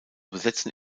besetzen